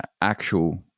actual